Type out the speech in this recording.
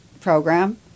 program